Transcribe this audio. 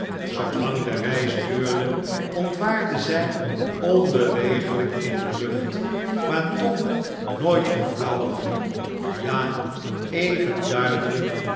zoolang de reis duurde ontwaarde zij onbeweeglijk in de lucht maar toch nooit verflauwende ja even duidelijk